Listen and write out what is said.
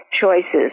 choices